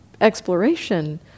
exploration